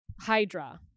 Hydra